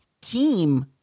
team